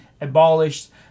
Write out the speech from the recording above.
abolished